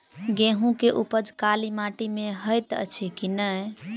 गेंहूँ केँ उपज काली माटि मे हएत अछि की नै?